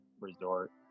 resort